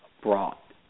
brought